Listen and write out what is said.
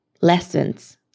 lessons